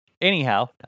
Anyhow